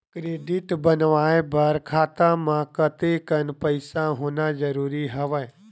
Credit बनवाय बर खाता म कतेकन पईसा होना जरूरी हवय?